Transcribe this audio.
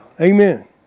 Amen